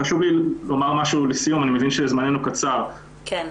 חשוב לי לומר לסיום, יש כאן